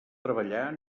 treballar